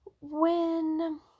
When-